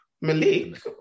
Malik